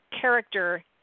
character